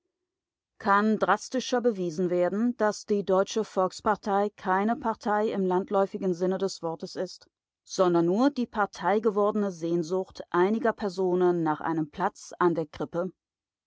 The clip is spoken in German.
kann drastischer bewiesen werden daß die deutsche volkspartei keine partei im landläufigen sinne des wortes ist sondern nur die parteigewordene sehnsucht einiger personen nach einem platz an der krippe